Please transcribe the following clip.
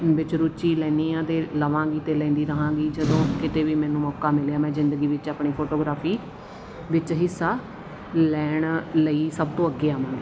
ਵਿੱਚ ਰੁਚੀ ਲੈਂਦੀ ਹਾਂ ਅਤੇ ਲਵਾਂਗੀ ਤੇ ਲੈਂਦੀ ਰਹਾਂਗੀ ਅਤੇ ਜਦੋਂ ਕਿਤੇ ਵੀ ਮੈਨੂੰ ਮੌਕਾ ਮਿਲਿਆ ਮੈਂ ਜ਼ਿੰਦਗੀ ਵਿੱਚ ਆਪਣੀ ਫੋਟੋਗ੍ਰਾਫੀ ਵਿੱਚ ਹਿੱਸਾ ਲੈਣ ਲਈ ਸਭ ਤੋਂ ਅੱਗੇ ਆਵਾਂਗੀ